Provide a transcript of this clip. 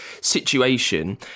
situation